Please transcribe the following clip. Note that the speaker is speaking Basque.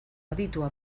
aditua